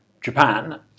Japan